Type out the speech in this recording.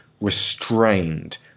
Restrained